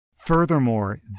Furthermore